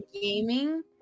gaming